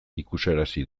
ikusarazi